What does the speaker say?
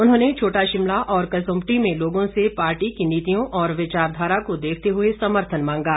उन्होंने छोटा शिमला और कसुम्पटी में लोगों से पार्टी की नीतियों और विचार धारा को देखते हुए समर्थन मांगा